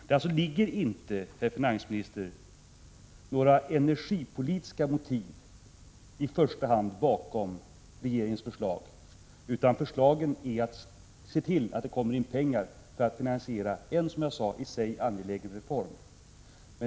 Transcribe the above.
Det ligger inte i första hand några energipolitiska motiv bakom regeringens förslag, utan det gäller att se till att det kommer in pengar för att finansiera en, som jag sade, i sig angelägen reform.